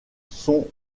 sont